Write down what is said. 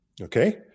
Okay